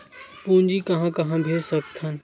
पूंजी कहां कहा भेज सकथन?